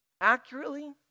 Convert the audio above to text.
accurately